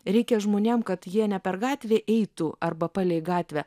reikia žmonėm kad jie ne per gatvę eitų arba palei gatvę